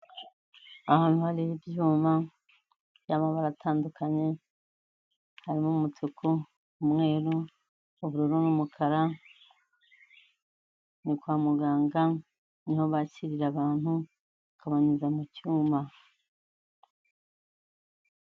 Ahantu hari ibyuma by'amabara atandukanye, harimo umutuku, umweru, ubururu n'umukara, ni kwa muganga ni ho bakirira abantu bakabanyuza mu cyuma.